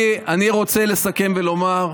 אני רוצה לסכם ולומר: